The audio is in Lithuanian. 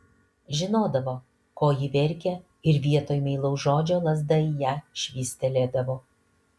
žinodavo ko ji verkia ir vietoj meilaus žodžio lazda į ją švystelėdavo